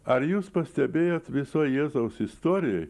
ar jūs pastebėjot visoj jėzaus istorijoj